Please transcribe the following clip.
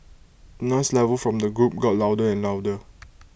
noise level from the group got louder and louder